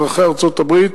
אזרחי ארצות-הברית,